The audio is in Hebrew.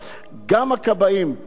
הסכימו לשינויים האלה,